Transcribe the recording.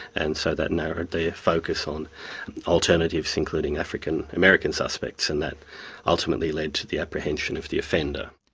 and so that narrowed their focus on alternatives including african american suspects, and that ultimately led to the apprehension of the offender.